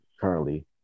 currently